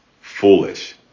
foolish